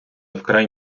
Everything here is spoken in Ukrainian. вкрай